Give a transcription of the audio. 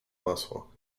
masło